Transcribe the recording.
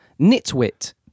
Nitwit